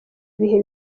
bihe